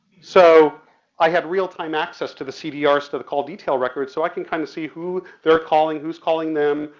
so i had real time access to the cdrs to the call detail records so i can kind of see who they're calling, who's calling them,